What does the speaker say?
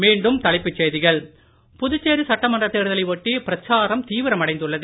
மீண்டும் தலைப்புச் செய்திகள் புதுச்சேரி சட்டமன்றத் தேர்தலை ஒட்டி பிரச்சாரம் தீவிரமடைந்துள்ளது